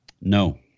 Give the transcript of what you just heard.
No